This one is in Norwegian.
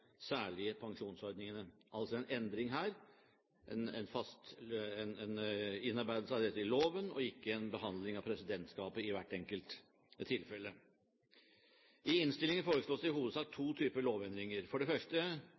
pensjonsordningene – altså en innarbeidelse av dette i loven og ikke en behandling av presidentskapet i hvert enkelt tilfelle. I innstillingen foreslås det i hovedsak to typer lovendringer. For det første: